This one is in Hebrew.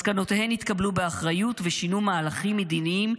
מסקנותיהן התקבלו באחריות ושינו מהלכים מדיניים,